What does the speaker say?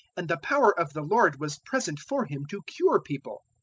and the power of the lord was present for him to cure people.